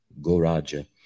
goraja